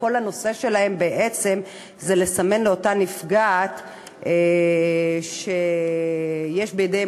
וכל העניין שלהם בעצם זה לסמן לאותה נפגעת שיש בידיהם